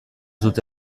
dute